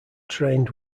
trained